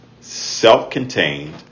self-contained